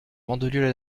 mandelieu